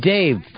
Dave